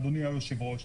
אדוני היושב-ראש,